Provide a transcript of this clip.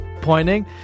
pointing